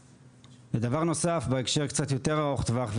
דבר נוסף בהקשר קצת יותר ארוך טווח,